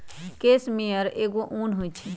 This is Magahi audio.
केस मेयर एगो उन होई छई